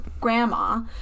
grandma